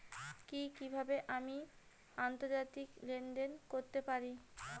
কি কিভাবে আমি আন্তর্জাতিক লেনদেন করতে পারি?